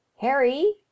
Harry